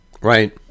Right